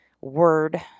word